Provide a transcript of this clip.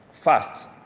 fast